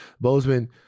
Bozeman